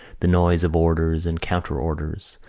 the noise of orders and counter-orders,